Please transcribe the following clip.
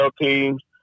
teams